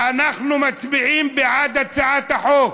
אנחנו מצביעים בעד הצעת החוק.